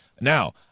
now